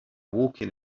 walking